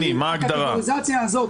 שלי להכניס את ההבחנה המאוד מוכרת הזאת,